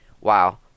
Wow